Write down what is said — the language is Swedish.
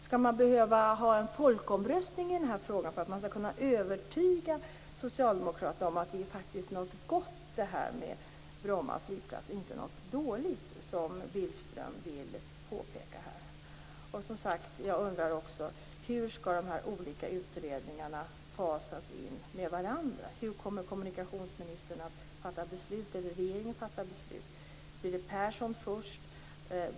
Skall man behöva ha en folkomröstning i den här frågan för att kunna övertyga socialdemokraterna om att Bromma flygplats faktiskt är något gott och inte något dåligt, såsom Annika Billström vill låta påskina i den här artikeln? Och som sagt: Hur skall de här olika utredningarna fasas in i varandra? Hur kommer kommunikationsministern, eller regeringen, att fatta beslut? Blir det Persson först?